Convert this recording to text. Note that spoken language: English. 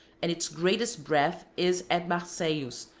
and its greatest breadth is at barcellos,